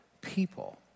people